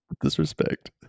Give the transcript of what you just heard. Disrespect